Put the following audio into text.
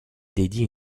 dédie